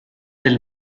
del